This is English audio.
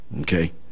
okay